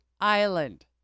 Island